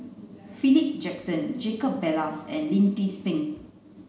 Philip Jackson Jacob Ballas and Lim Tze Peng